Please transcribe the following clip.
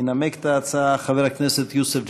ינמק את ההצעה חבר הכנסת יוסף ג'בארין.